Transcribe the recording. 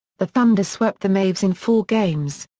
the thunder swept the mavs in four games.